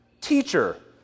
Teacher